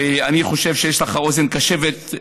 ואני חושב שיש לך אוזן קשבת,